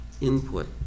input